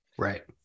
Right